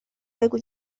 بگو